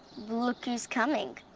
look who's coming.